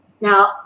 Now